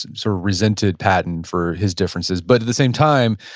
sort of resented patton for his differences. but at the same time,